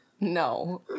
no